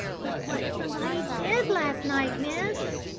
but what somebody did last night, miss?